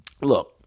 look